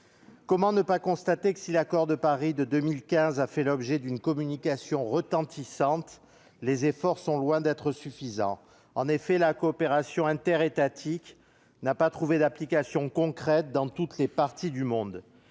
Comment ne pas constater que, si l'accord de Paris de 2015 a fait l'objet d'une communication retentissante, les efforts qui ont suivi sont loin d'être suffisants. En effet, la coopération interétatique n'a pas trouvé d'application concrète dans toutes les parties du monde.